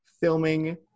filming